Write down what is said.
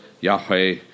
Yahweh